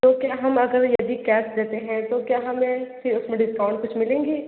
तो क्या हम अगर यदि कैश देते हैं तो क्या हमें फ़िर उसमें डिस्काउंट कुछ मिलेंगे